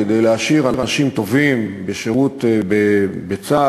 כדי להשאיר אנשים טובים בשירות בצה"ל,